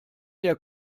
der